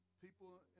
people